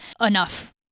enough